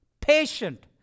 Patient